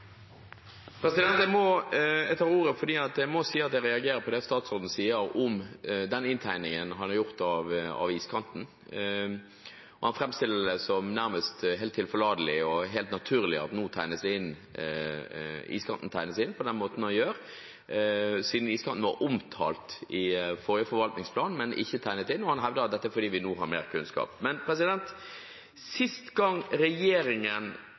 Jeg tar ordet fordi jeg må si at jeg reagerer på det statsråden sier om den inntegningen han har gjort av iskanten. Han framstiller det som nærmest helt tilforlatelig og helt naturlig at iskanten tegnes inn på den måten den gjør, siden iskanten var omtalt i forrige forvaltningsplan, men ikke tegnet inn, og han hevder at dette er fordi vi nå har mer kunnskap. Men sist gang regjeringen